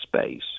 space